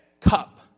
cup